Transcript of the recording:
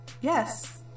yes